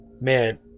Man